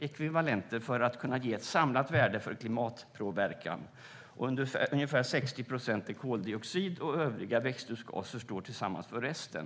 ekvivalenter för att kunna ge ett samlat värde för klimatpåverkan. Ungefär 60 procent är koldioxid och övriga växthusgaser står tillsammans för resten.